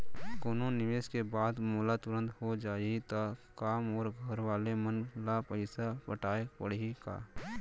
कोनो निवेश के बाद मोला तुरंत हो जाही ता का मोर घरवाले मन ला पइसा पटाय पड़ही का?